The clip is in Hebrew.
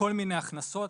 מכל מיני הכנסות,